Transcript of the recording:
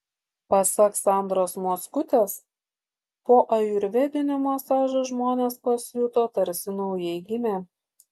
pasak sandros mockutės po ajurvedinių masažų žmonės pasijuto tarsi naujai gimę